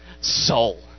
soul